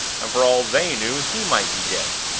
and for all they knew he might be dead.